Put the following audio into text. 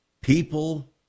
people